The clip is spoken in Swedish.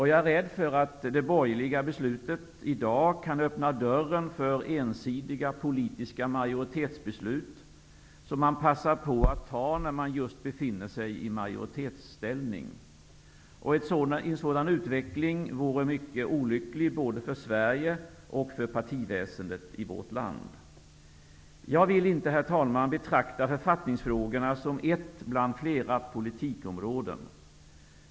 Jag är rädd för att det borgerliga beslutet i dag kan öppna dörren för ensidiga politiska majoritetsbeslut, som man passar på att fatta när man befinner sig i majoritetsställning. En sådan utveckling vore mycket olycklig, både för Sverige och för partiväsendet i vårt land. Herr talman! Jag vill inte betrakta författningsfrågorna som ett bland flera politikområden.